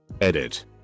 Edit